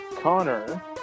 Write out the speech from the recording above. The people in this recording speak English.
Connor